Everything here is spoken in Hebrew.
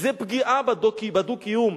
זה פגיעה בדו-קיום.